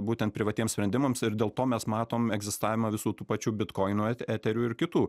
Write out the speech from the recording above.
būtent privatiem sprendimams ir dėl to mes matom egzistavimą visų tų pačių bitkoinų eterių ir kitų